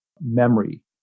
memory